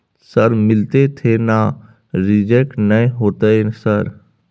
Sir मिलते थे ना रिजेक्ट नय होतय सर?